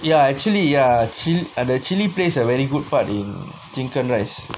ya actually ya qing err the chili plays a very good part chicken rice